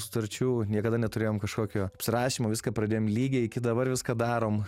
sutarčių niekada neturėjom kažkokio apsirašymo viską pradėjom lygiai iki dabar viską darom